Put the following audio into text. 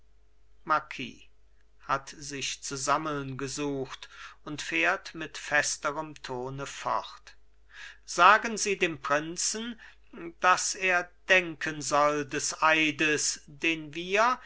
marquis hat sich zu sammeln gesucht und fährt mit festerem tone fort sagen sie dem prinzen daß er denken soll des eides den wir